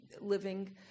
living